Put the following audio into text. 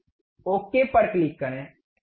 अब ठीक पर क्लिक करें